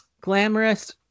glamorous